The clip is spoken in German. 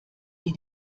die